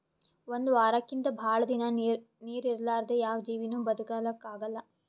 ಒಂದ್ ವಾರಕ್ಕಿಂತ್ ಭಾಳ್ ದಿನಾ ನೀರ್ ಇರಲಾರ್ದೆ ಯಾವ್ ಜೀವಿನೂ ಬದಕಲಕ್ಕ್ ಆಗಲ್ಲಾ